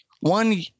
One